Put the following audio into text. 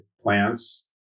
plants